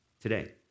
today